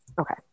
Okay